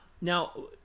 Now—